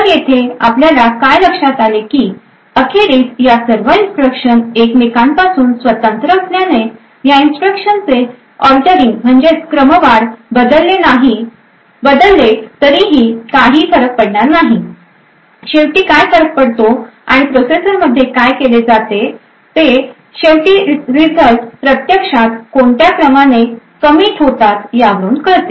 तर येथे आपल्या काय लक्षात आले की अखेरीस या सर्व इन्स्ट्रक्शन एकमेकांपासून स्वतंत्र असल्याने या इन्स्ट्रक्शनचे क्रमवार बदलले तरीही काही फरक पडणार नाही शेवटी काय फरक पडतो आणि प्रोसेसरमध्ये काय केले जाते ते शेवटी रिझल्ट प्रत्यक्षात कोणत्या क्रमाने कमिट होतात यावरून कळते